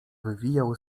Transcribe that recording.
wywijał